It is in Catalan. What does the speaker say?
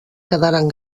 quedaren